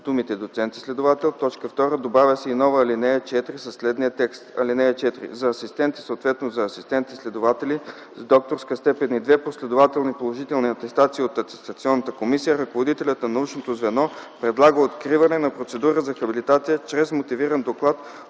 думите „доцент – изследовател”. 2. Добавя се и нова ал. 4 за следния текст: „(4) За асистенти, съответно за асистент – изследователи с докторска степен и две последователни положителни атестации от Атестационната комисия, ръководителят на научното звено предлага откриване на процедура за хабилитация чрез мотивиран доклад